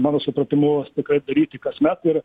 mano supratimu tikrai daryti kasmet ir